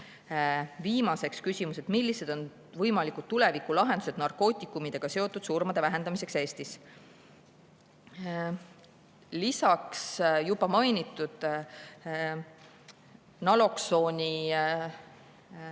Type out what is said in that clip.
Viimane küsimus: "Millised on võimalikud tuleviku lahendused narkootikumidega seotud surmade vähendamiseks Eestis?" Lisaks juba mainitud naloksooni